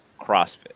CrossFit